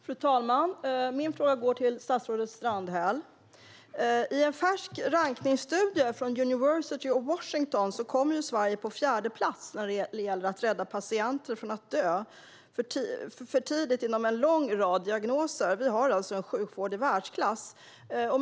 Fru talman! Min fråga går till statsrådet Strandhäll. I en färsk rankningsstudie från University of Washington kommer Sverige på fjärde plats när det gäller att rädda patienter från att dö för tidigt inom en lång rad diagnoser. Vi har alltså en sjukvård i världsklass.